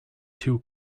two